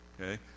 okay